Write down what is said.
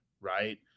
right